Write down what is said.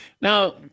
Now